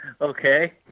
Okay